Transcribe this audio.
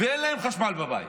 ואין להם חשמל בבית,